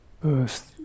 first